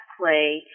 play